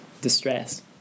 distress